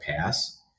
pass